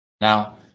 Now